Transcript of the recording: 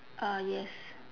uh yes